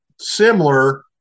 similar